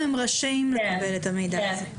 או שהם רשאים לקבל את המידע הזה?